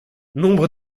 nombre